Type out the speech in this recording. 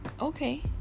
okay